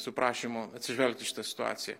su prašymu atsižvelgt į šitą situaciją